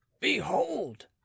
Behold